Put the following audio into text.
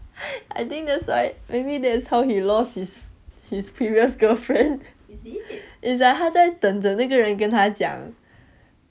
I think that's why maybe that's how he lost his his previous girlfriend it's like 他在等着那个人跟他讲